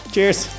Cheers